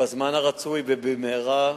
בזמן הרצוי ובמהרה,